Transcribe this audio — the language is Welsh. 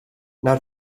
nawr